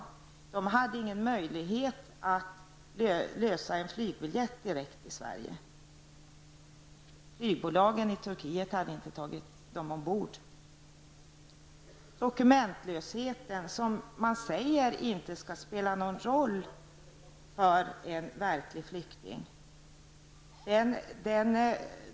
Dessa människor hade ingen möjlighet att lösa en flygbiljett direkt till Sverige. Flygbolagen i Turkiet hade inte tagit dem ombord. Vidare har vi frågan om dokumentlöshet, som man påstår, inte skall spela någon roll för en verklig flykting.